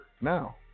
now